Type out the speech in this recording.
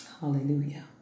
Hallelujah